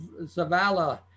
Zavala